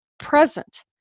present